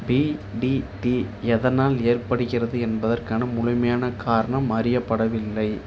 PTT எதனால் ஏற்படுகிறது என்பதற்கான முழுமையான காரணம் அறியப்படவில்லை